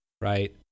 right